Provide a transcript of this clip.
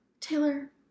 Taylor